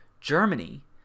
Germany